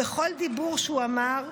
בכל דיבור שהוא אמר,